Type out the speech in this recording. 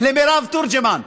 מירב תורג'מן.